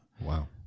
Wow